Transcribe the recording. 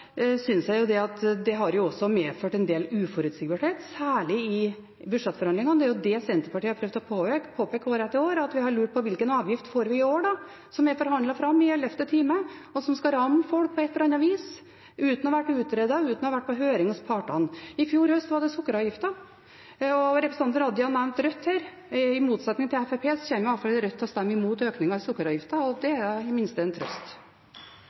synes jeg at det også har medført en del uforutsigbarhet, særlig i budsjettforhandlingene. Det er det Senterpartiet har prøvd å påpeke år etter år: Vi har lurt på hvilken avgift vi får i år, som er forhandlet fram i ellevte time, og som skal ramme folk på et eller annet vis, uten å ha vært utredet, uten å ha vært på høring hos partene. I fjor høst var det sukkeravgifta. Representanten Raja nevnte Rødt her. I motsetning til Fremskrittspartiet kommer i alle fall Rødt til å stemme imot økningen av sukkeravgifta, og det er i det minste en trøst.